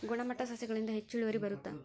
ಗುಣಮಟ್ಟ ಸಸಿಗಳಿಂದ ಹೆಚ್ಚು ಇಳುವರಿ ಬರುತ್ತಾ?